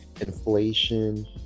Inflation